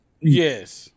Yes